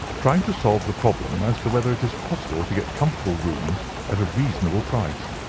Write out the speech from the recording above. trying to solve the problem as to whether it is possible to get comfortable rooms at a reasonable price.